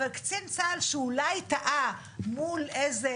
אבל קצין צה"ל שאולי טעה מול איזה